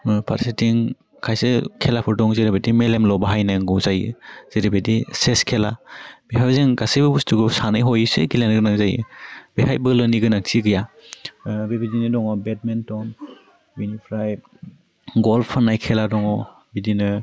ओह फारसेथिं खायसे खेलाफोर दं जेरैबायदि मेलेमल' बाहायनांगौ जायो जेरैबायदि सेच खेला बेवहाय जों गासैबो बुस्टुखौनो सानै हयैसो गेेलेनो गोनां जायो बेहाय बोलोनि गोनांथि गैया ओह बेबायदिनो दङ बेदमिन्टन बिनिफ्राय गल्फ होन्नाय खेला दङ बिदिनो